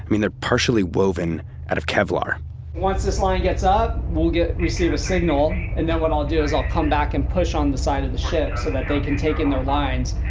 mean, they're partially woven out of kevlar once this line gets up, we'll receive a signal, and then what i'll do is i'll come back and push on the side of the ship so that they can take in their lines,